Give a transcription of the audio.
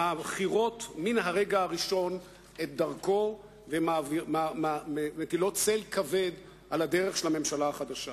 המעכירות מהרגע הראשון את דרכו ומטילות צל כבד על הדרך של הממשלה החדשה.